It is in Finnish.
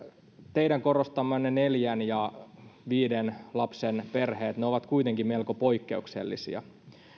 teidän korostamanne neljän ja viiden lapsen perheet ovat kuitenkin melko poikkeuksellisia